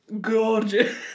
gorgeous